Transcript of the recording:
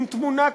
עם תמונה כוללת,